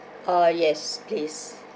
oh yes please